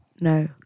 No